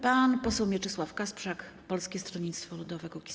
Pan poseł Mieczysław Kasprzak, Polskie Stronnictwo Ludowe - Kukiz15.